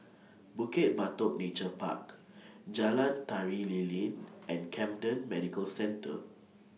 Bukit Batok Nature Park Jalan Tari Lilin and Camden Medical Centre